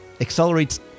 accelerates